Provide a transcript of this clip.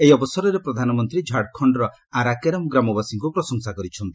ଏହି ଅବସରରେ ପ୍ରଧାନମନ୍ତ୍ରୀ ଝାଡ଼ଖଣ୍ଡର ଆରା କେରମ୍ ଗ୍ରାମବାସୀଙ୍କୁ ପ୍ରଶଂସା କରିଛନ୍ତି